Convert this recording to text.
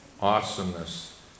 awesomeness